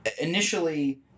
Initially